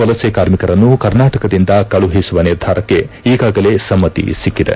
ವಲಸೆ ಕಾರ್ಮಿಕರನ್ನು ಕರ್ನಾಟಕದಿಂದ ಕಳುಹಿಸುವ ನಿರ್ಧಾರಕ್ಕೆ ಈಗಾಗಲೇ ಸಮ್ದಿ ಸಿಕ್ಕಿದೆ